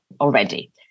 already